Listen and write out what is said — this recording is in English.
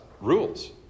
rules